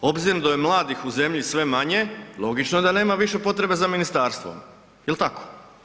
Obzirom da je mladih u zemlji sve manje, logično je da nema više potrebe za ministarstvom, jel tako?